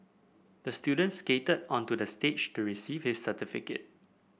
the student skated onto the stage to receive his certificate